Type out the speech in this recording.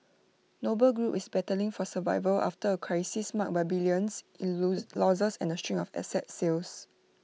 noble group is battling for survival after A crisis marked by billions in losses and A string of asset sales